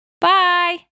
Bye